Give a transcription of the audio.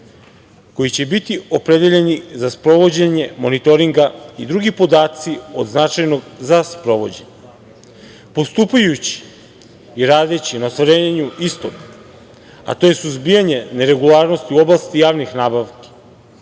koji će biti opredeljeni za sprovođenje monitoringa i drugi podaci od značajnog za sprovođenje. Postupajući i radeći na ostvarenju istog, a to je suzbijanje neregularnosti u oblasti javnih nabavki,